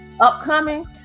upcoming